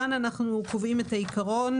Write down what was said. כאן אנחנו קובעים את העיקרון